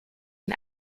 ian